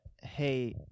hey